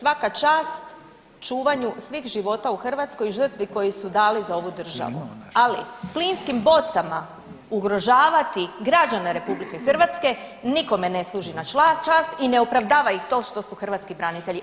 Ovako, svaka čast čuvanju svih života u Hrvatskoj i žrtvi koji su dali za ovu državu, ali plinskim bocama ugrožavati građane RH nikome ne služi na čast i ne opravdava ih to što su hrvatski branitelji.